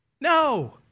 No